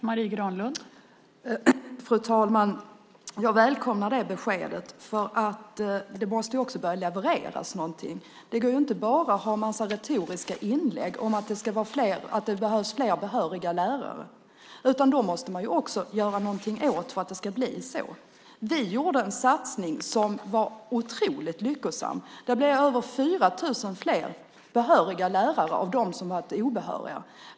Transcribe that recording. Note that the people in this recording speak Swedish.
Fru talman! Jag välkomnar det beskedet. Det måste också börja levereras någonting. Det går inte bara att ha en massa retoriska inlägg om att det behövs fler behöriga lärare. Man måste också göra någonting åt det för att det ska bli så. Vi gjorde en satsning som blev otroligt lyckosam. Det blev över 4 000 fler behöriga lärare av dem som varit obehöriga.